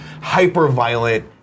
hyper-violent